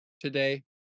today